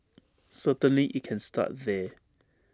certainly IT can start there